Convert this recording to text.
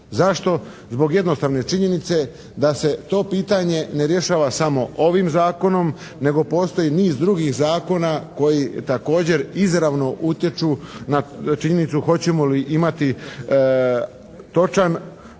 Zašto? Zbog jednostavne činjenice da se to pitanje ne rješava samo ovim Zakonom, nego postoji niz drugih zakona koji također izravno utječu na činjenicu hoćemo li imati točan